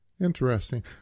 Interesting